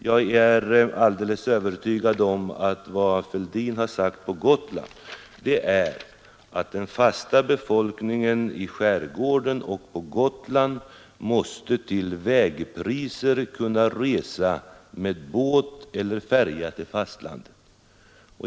Jag är alldeles övertygad om att vad herr Fälldin sagt på Gotland är att den fasta befolkningen i skärgården och på Gotland måste till vägpriser kunna resa med båt eller färja till fastlandet.